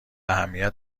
اهمیت